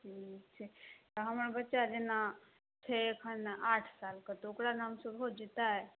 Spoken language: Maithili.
ठीक छै तऽ हमर बच्चा जेना छै एखन आठ साल कऽ तऽ ओकरा नामसँ भऽ जेतै